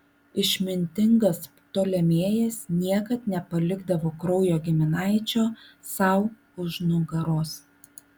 išmintingas ptolemėjas niekad nepalikdavo kraujo giminaičio sau už nugaros